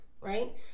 right